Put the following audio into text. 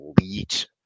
elite